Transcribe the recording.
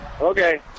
Okay